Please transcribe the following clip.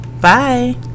Bye